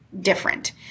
different